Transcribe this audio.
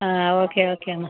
ആ okay okay എന്നാൽ